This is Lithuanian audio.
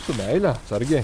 su meile atsargiai